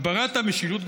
הגברת המשילות,